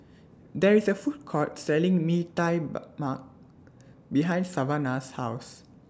There IS A Food Court Selling Mee Tai Mak behind Savanah's House